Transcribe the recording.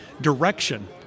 direction